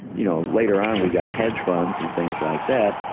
you know, later on we got hedge funds and things like that,